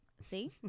See